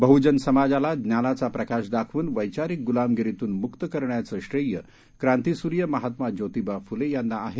बहुजन समाजाला ज्ञानाचा प्रकाश दाखवून वैचारिक गुलामगिरीतून मुक्त करण्याचं श्रेय क्रांतीसूर्य महात्मा ज्योतीबा फुले यांना आहे